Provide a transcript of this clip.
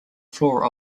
floor